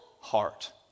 heart